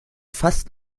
fast